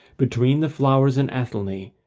between the flowers in athelney,